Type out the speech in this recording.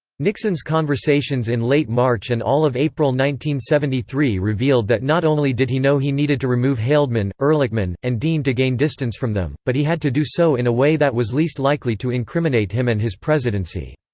nixon's conversations in late march and all of april one thousand three revealed that not only did he know he needed to remove haldeman, ehrlichman, and dean to gain distance from them, but he had to do so in a way that was least likely to incriminate him and his presidency.